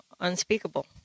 unspeakable